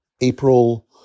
April